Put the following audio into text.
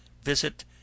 visit